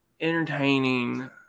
entertaining